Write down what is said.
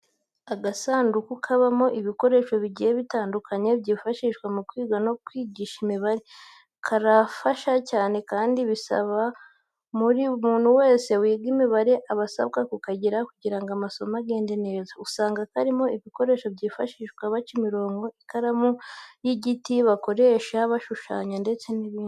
Agasanduku kabamo ibikoresho bigiye bitandukanye byifashishwa mu kwiga no kwigisha imibare, karafasha cyane kandi bisa naho buri muntu wese wiga imibare aba asabwa kukagira kugira ngo amasomo agende neza. Usanga karimo ibikoresho byifashishwa baca imirongo, ikaramu y'igiti bakoresha bashushanya ndetse n'ibindi.